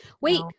Wait